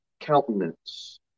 countenance